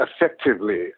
effectively